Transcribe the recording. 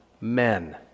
men